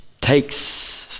Takes